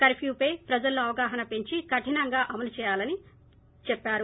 కర్ప్పుపై ప్రజల్లో అవగాహన పెంచి కఠినంగా అమలు చేయాలని చెప్పారు